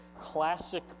classic